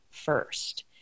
first